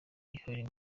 healing